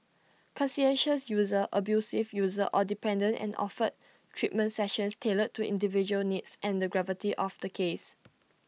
conscientious user abusive user or dependent and offered treatment sessions tailored to individual needs and the gravity of the case